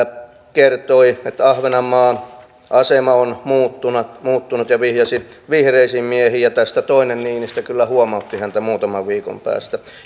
kertoi että ahvenanmaan asema on muuttunut muuttunut ja vihjasi vihreisiin miehiin ja tästä toinen niinistö kyllä huomautti häntä muutaman viikon päästä